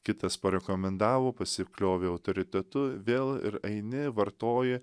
kitas parekomendavo pasikliovė autoritetu vėl ir eini vartoji